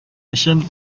өчен